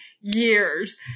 years